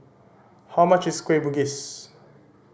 how much is Kueh Bugis